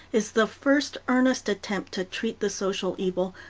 is the first earnest attempt to treat the social evil,